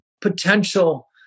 potential